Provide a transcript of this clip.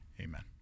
amen